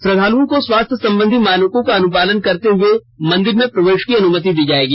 श्रद्दालुओं को स्वास्थ्य संबंधी मानकों का अनुपालन करते हुए मंदिर में प्रवेश की अनुमति दी जाएगी